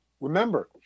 Remember